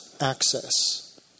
access